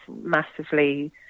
massively